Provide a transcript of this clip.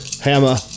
hammer